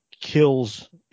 kills